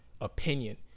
opinion